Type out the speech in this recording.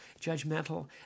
judgmental